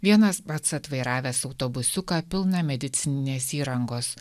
vienas pats atvairavęs autobusiuką pilną medicininės įrangos